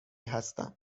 هستم